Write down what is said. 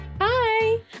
Hi